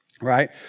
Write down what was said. right